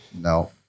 No